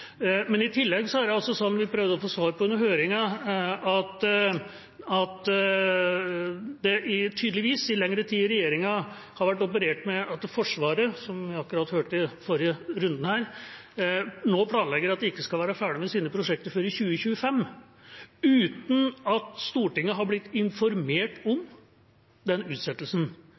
Men i tillegg er det altså sånn, som vi prøvde å få svar på under høringen, at det tydeligvis i lengre tid i regjeringa har vært operert med at Forsvaret – som vi akkurat hørte i forrige runden her – nå planlegger at de ikke skal være ferdig med sine prosjekter før i 2025, uten at Stortinget har blitt informert om den utsettelsen.